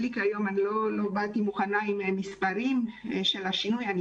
לא באתי מוכנה עם מספרים לגבי השינוי אבל אני